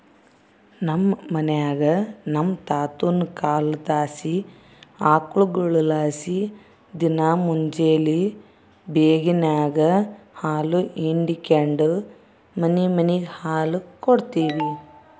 ನಮ್ ಮನ್ಯಾಗ ನಮ್ ತಾತುನ ಕಾಲದ್ಲಾಸಿ ಆಕುಳ್ಗುಳಲಾಸಿ ದಿನಾ ಮುಂಜೇಲಿ ಬೇಗೆನಾಗ ಹಾಲು ಹಿಂಡಿಕೆಂಡು ಮನಿಮನಿಗ್ ಹಾಲು ಕೊಡ್ತೀವಿ